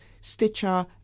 Stitcher